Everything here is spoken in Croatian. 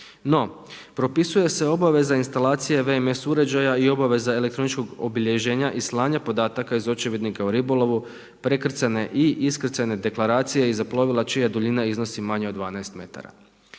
No, propisuje se obaveza instalacije VMS uređaja i obaveza elektroničkog obilježenja i slanja podataka iz očevidnika o ribolovu, prekrcajne i iskrcajne deklaracije i za plovila čija duljina iznosi manje od 12 m.